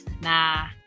nah